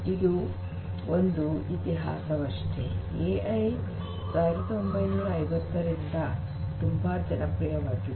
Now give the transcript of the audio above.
ಇದು ಒಂದು ಇತಿಹಾಸವಷ್ಟೆ ಎಐ ೧೯೫೦ ರಿಂದ ತುಂಬಾ ಜನಪ್ರಿಯವಾಗಿದೆ